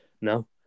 no